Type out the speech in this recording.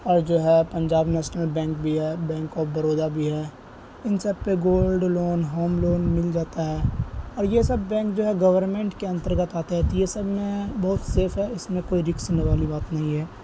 اور جو ہے پنجاب نیسنل بینک بھی ہے بینک آف بڑودہ بھی ہے ان سب پہ گولڈ لون ہوم لون مل جاتا ہے اور یہ سب بینک جو ہے گورنمنٹ کے انترگت آتے ہے تو یہ سب میں بہت سیف ہے اس میں کوئی رسک لینے والی بات نہیں ہے